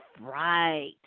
Right